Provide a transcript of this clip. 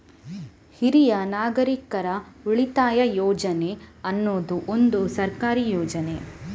ಹಿರಿಯ ನಾಗರಿಕರ ಉಳಿತಾಯ ಯೋಜನೆ ಅನ್ನುದು ಒಂದು ಸರ್ಕಾರಿ ಯೋಜನೆ